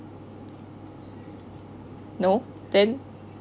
no then